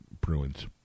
Bruins